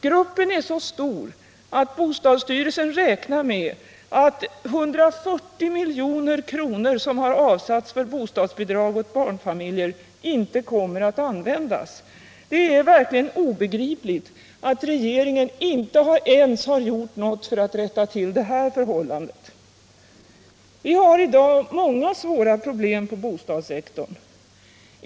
Gruppen är så stor att bostadsstyrelsen räknar med att 140 milj.kr. som avsatts för bostadsbidrag åt barnfamiljer inte kommer att användas. Det är verkligen obegripligt att regeringen inte ens har gjort någonting för att rätta till detta missförhållande. Vi har i dag många svåra problem på bostadssektorn.